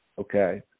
okay